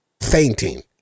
fainting